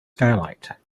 skylight